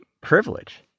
privilege